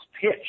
pitch